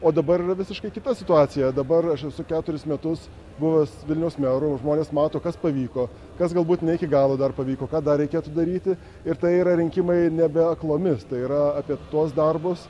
o dabar yra visiškai kita situacija dabar aš esu keturis metus buvęs vilniaus meru žmonės mato kas pavyko kas galbūt ne iki galo dar pavyko ką dar reikėtų daryti ir tai yra rinkimai nebe aklomis tai yra apie tuos darbus